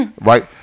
right